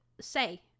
say